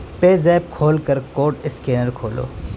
PayZapp کھول کر code scanner کھولو